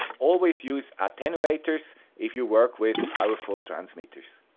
always use attenuators if you work with powerful transmitters.